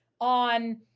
on